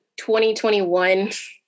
2021